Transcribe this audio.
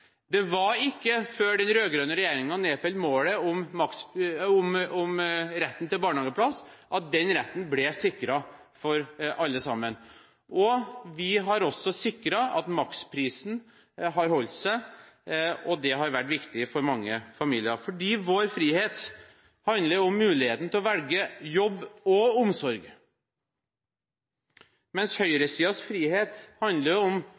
Det var ikke før den rød-grønne regjeringen nedfelte målet om retten til barnehageplass, at den retten ble sikret for alle sammen. Vi har også sikret at maksprisen har holdt seg. Det har vært viktig for mange familier. Vår frihet handler om muligheten til å velge jobb og omsorg, mens høyresidens frihet handler om